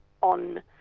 on